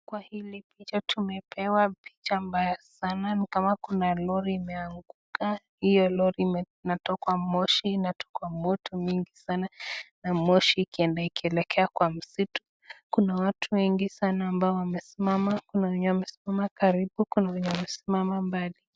Kwa hili picha tumepewa picha mbaya sana ,ni kama kuna lori imeanguka. Iyo lori inatokwa moshi inatokwa moto mingi sana na moshi ikienda ikielekea kwa msitu . Kuna watu wengi sana ambao wamesimama ,kuna wenye wamesimama karibu, kuna wenye wamesimama mbali.